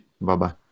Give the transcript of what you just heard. Bye-bye